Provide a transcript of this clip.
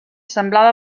semblava